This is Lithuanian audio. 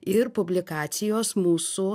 ir publikacijos mūsų